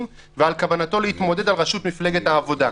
ועל כוונתו להתמודד על ראשות מפלגת העבודה.